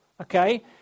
okay